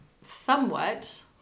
somewhat